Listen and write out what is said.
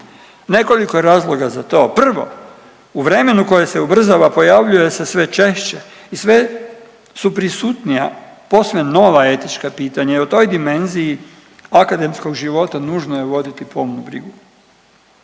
nekoliko je razloga za to. Prvo, u vremenu koje se ubrzava pojavljuje se sve češće i sve su prisutnija posve nova etička pitanja i o toj dimenziji akademskog života nužno je voditi pomnu brigu.